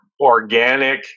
organic